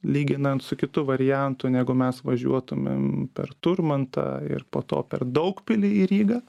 lyginant su kitu variantu negu mes važiuotumėm per turmantą ir po to per daugpilį į rygą